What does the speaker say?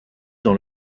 dans